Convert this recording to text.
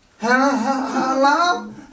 Hello